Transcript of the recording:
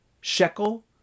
shekel